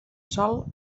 sol